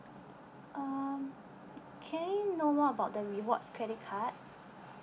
um can I know more about the rewards credit card